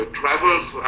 travels